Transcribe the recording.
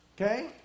Okay